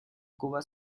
cuba